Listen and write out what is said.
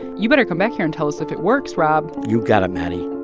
you better come back here and tell us if it works, rob you got it, maddie